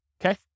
Okay